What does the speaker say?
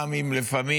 גם אם לפעמים,